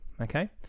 okay